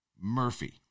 Murphy